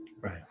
Right